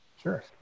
Sure